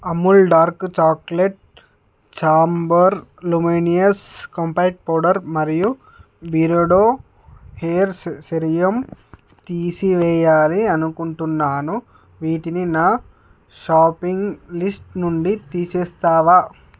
Amul dark chocolate Chambor luminous compact powder మరియు Beardo hairs serum తీసివేయాలి అనుకుంటున్నాను వీటిని నా షాపింగ్ లిస్ట్ నుండి తీసేస్తావా